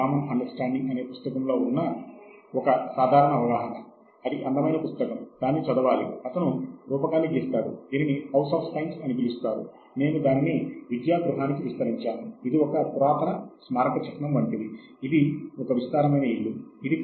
కాబట్టి సాహిత్య శోధన అంటే గూగుల్ నుండి తీసుకునే సమాచారము మాత్రము కాదు